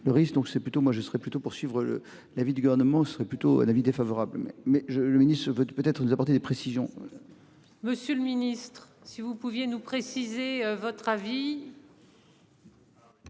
moi je serais plutôt pour suivre l'avis du gouvernement, ce serait plutôt un avis défavorable mais je le ministre-ce veut peut-être nous apporter des précisions. Monsieur le Ministre, si vous pouviez nous préciser votre avis.